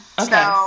Okay